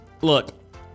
look